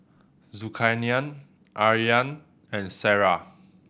Zulkarnain Aryan and Sarah